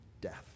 death